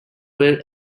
were